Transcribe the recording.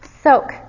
Soak